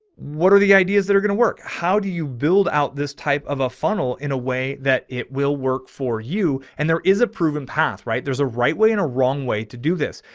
what are the ideas that are going to work? how do you build out this type of a funnel in a way that it will work for you? and there is a proven path, right? there's a right way and a wrong way to do this.